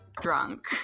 drunk